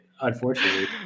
Unfortunately